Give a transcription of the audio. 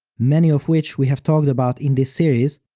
many of which we have talked about in this series,